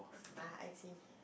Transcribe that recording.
ah I see